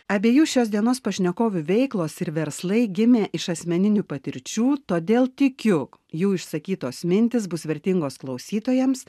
abiejų šios dienos pašnekovių veiklos ir verslai gimė iš asmeninių patirčių todėl tikiu jų išsakytos mintys bus vertingos klausytojams